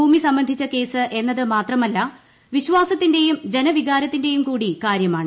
ഭൂമി സംബന്ധിച്ച കേസ് എന്നത് മാത്രമല്ല വിശ്വാസത്തിന്റെയും ജനവികാരത്തിന്റെയും കൂടി കാര്യമാണ്